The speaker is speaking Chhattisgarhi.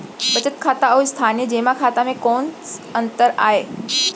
बचत खाता अऊ स्थानीय जेमा खाता में कोस अंतर आय?